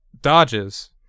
Dodges